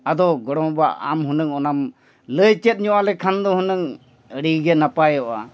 ᱟᱫᱚ ᱜᱚᱲᱚᱢ ᱵᱟᱵᱟ ᱟᱢ ᱦᱩᱱᱟᱹᱝ ᱚᱱᱟᱢ ᱞᱟᱹᱭ ᱪᱮᱫᱧᱚᱜ ᱟᱞᱮᱠᱷᱟᱱ ᱫᱚ ᱦᱩᱱᱟᱹᱝ ᱟᱹᱰᱤᱜᱮ ᱱᱟᱯᱟᱭᱚᱜᱼᱟ